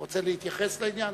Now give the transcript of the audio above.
אתה רוצה להתייחס לעניין?